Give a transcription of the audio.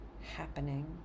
happening